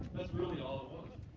that's really all